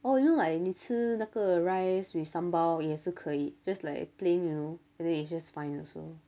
oh you know like 你吃那个 rice with sambal 也是可以 just like plain you know and then it's just fine also